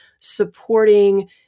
supporting